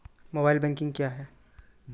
Mobile banking क्या हैं?